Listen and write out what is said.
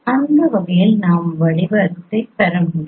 அந்த வகையில் நாம் வடிவத்தை பெற முடியும்